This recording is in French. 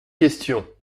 questions